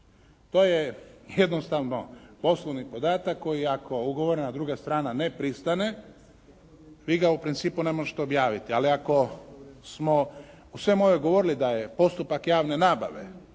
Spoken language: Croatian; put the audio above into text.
To je jednostavno poslovni podatak koji ako ugovorena druga strana ne pristane vi ga u principu ne možete objaviti. Ali ako smo u svemu ovome govorili da je postupak javne nabave,